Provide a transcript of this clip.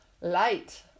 light